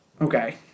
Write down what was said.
Okay